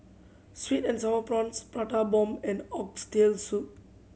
sweet and Sour Prawns Prata Bomb and Oxtail Soup